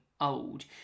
old